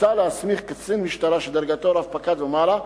מוצע להסמיך קצין משטרה שדרגתו רב-פקד ומעלה,